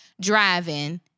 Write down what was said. driving